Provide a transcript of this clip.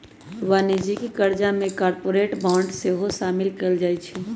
वाणिज्यिक करजा में कॉरपोरेट बॉन्ड सेहो सामिल कएल जाइ छइ